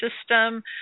system